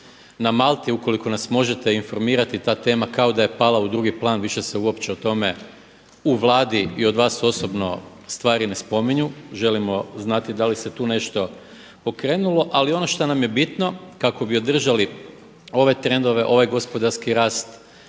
na Malti ukoliko nas možete informirati, ta tema kao da je pala u drugi plan, više se o tome uopće u Vladi i vas osobno stvari ne spominju. Želimo znati da li se tu nešto pokrenulo. Ali ono šta nam je bitno kako bi održali ove trendove, ovaj gospodarski rast